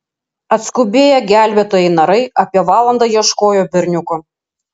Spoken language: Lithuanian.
atskubėję gelbėtojai narai apie valandą ieškojo berniuko